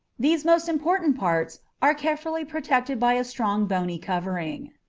these most important parts are carefully protected by a strong bony covering.